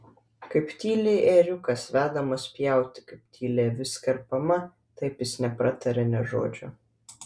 kaip tyli ėriukas vedamas pjauti kaip tyli avis kerpama taip jis nepratarė nė žodžio